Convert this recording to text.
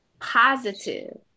positive